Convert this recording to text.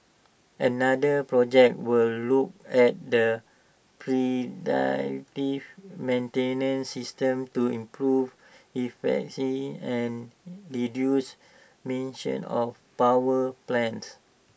another project will look at the predictive maintenance system to improve efficiency and reduce emissions of power plants